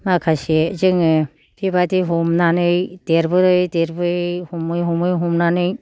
माखासे जोङो बेबादि हमनानै देरबोयै देरबोयै हमै हमै हमनानै